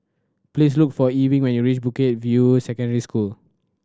please look for Ewing when you reach Bukit View Secondary School